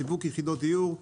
שיווק יחידות דיור,